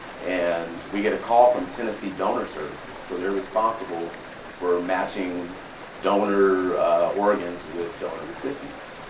and we get a call from tennessee donor services. so they're responsible for matching donor organs with donor recipients.